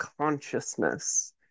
consciousness